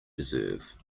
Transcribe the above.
deserve